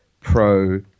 pro